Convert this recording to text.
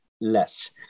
less